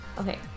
Okay